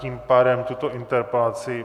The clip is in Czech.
Tím pádem tuto interpelaci...